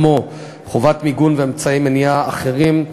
כמו חובת מיגון ואמצעי מניעה אחרים,